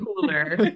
cooler